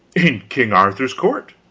in king arthur's court,